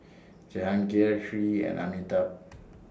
Jehangirr Hri and Amitabh